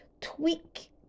tweak